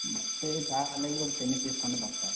ମୋତେ ଯାହା ହେଲେ ବି ଗୋଟେ ତିନି ପିସ୍ ଖଣ୍ଡେ ଦରକାର